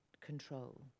control